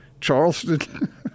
Charleston